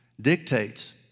dictates